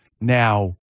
Now